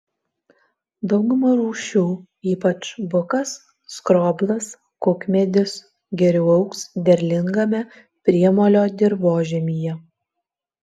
dauguma rūšių ypač bukas skroblas kukmedis geriau augs derlingame priemolio dirvožemyje